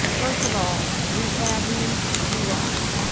first of all ms. abney you rock,